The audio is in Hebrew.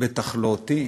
בטח לא אותי.